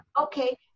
Okay